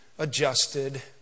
adjusted